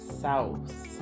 sauce